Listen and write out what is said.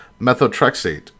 methotrexate